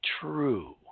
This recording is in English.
true